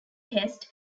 test